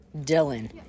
Dylan